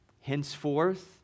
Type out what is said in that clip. Henceforth